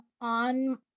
on